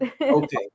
Okay